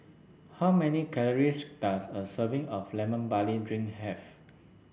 how many calories does a serving of Lemon Barley Drink have